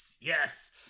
Yes